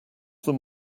them